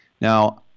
Now